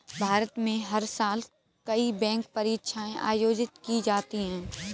भारत में हर साल कई बैंक परीक्षाएं आयोजित की जाती हैं